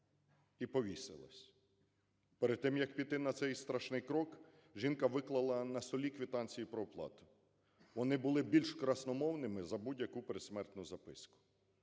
і повісилась. Перед тим як піти на цей страшний крок, жінка виклала на столі квитанції про оплату. Вони були більш красномовними за будь-яку передсмертну записку.